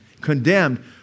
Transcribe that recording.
condemned